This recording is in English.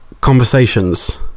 conversations